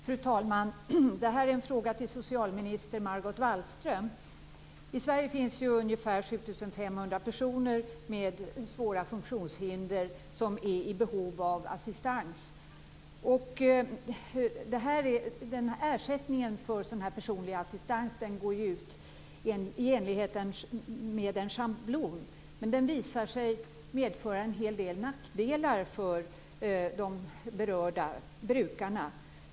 Fru talman! Det här är en fråga till socialminister I Sverige finns ungefär 7 500 personer med svåra funktionshinder som är i behov av assistans. Ersättningen för personlig assistans går ut i enlighet med en schablon. Men den visar sig medföra en hel del nackdelar för de berörda brukarna.